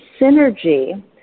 synergy